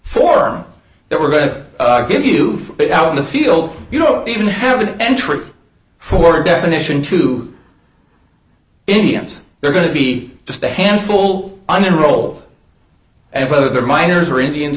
for that we're going to give you it out in the field you don't even have an entry for definition to indians they're going to be just a handful under old and whether they're minors or indians